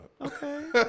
Okay